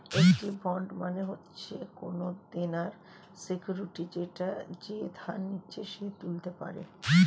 একটি বন্ড মানে হচ্ছে কোনো দেনার সিকিউরিটি যেটা যে ধার নিচ্ছে সে তুলতে পারে